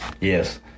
Yes